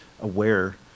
aware